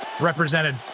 represented